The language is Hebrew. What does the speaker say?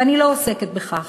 ואני לא עוסקת בכך.